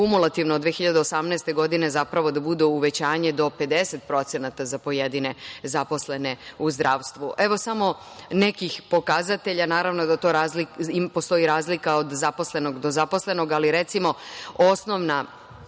kumulativno od 2018. godine zapravo da bude uvećanje do 50% za pojedine zaposlene u zdravstvu. Evo, samo nekih pokazatelja. Naravno da postoji razlika od zaposlenog do zaposlenog, ali recimo, osnovna